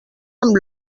amb